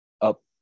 up